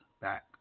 back